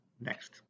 next